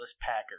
Packers